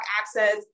access